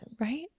Right